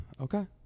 okay